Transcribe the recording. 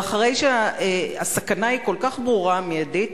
ואחרי שהסכנה היא כל כך ברורה ומיידית,